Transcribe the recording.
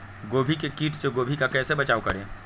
गोभी के किट से गोभी का कैसे बचाव करें?